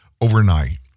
overnight